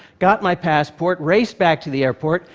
got my passport, raced back to the airport,